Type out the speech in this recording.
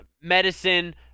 medicine